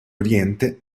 oriente